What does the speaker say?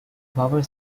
power